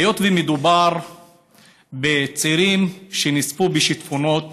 היות שמדובר בצעירים שנספו בשיטפונות,